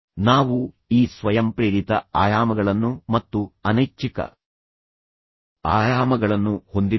ನಾವು ಈ ಸ್ವಯಂಪ್ರೇರಿತ ಆಯಾಮಗಳನ್ನು ಮತ್ತು ಅನೈಚ್ಛಿಕ ಆಯಾಮಗಳನ್ನು ಹೊಂದಿದ್ದೇವೆ